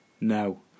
No